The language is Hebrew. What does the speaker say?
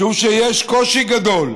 משום שיש קושי גדול,